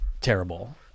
terrible